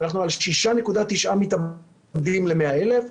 אנחנו על 6.9 מתאבדים ל-100,000.